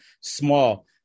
small